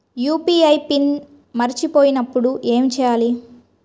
UPI pin మరచిపోయినప్పుడు ఏమి చేయాలి?